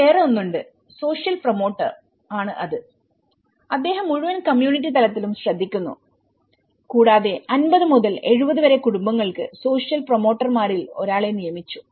അവിടെ വേറെ ഒന്നുണ്ട്സോഷ്യൽ പ്രൊമോട്ടർ ആണ് അത് അദ്ദേഹം മുഴുവൻ കമ്മ്യൂണിറ്റി തലത്തിലും ശ്രദ്ധിക്കുന്നു കൂടാതെ 50 മുതൽ 70 വരെ കുടുംബങ്ങൾക്ക് സോഷ്യൽ പ്രൊമോട്ടർമാരിൽ ഒരാളെ നിയമിച്ചു